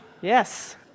Yes